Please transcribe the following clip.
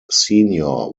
senior